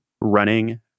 running